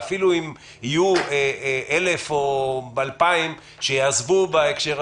ואפילו אם יהיו 1,000 או 2,000 שיעזבו בהקשר הזה,